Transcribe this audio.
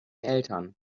eltern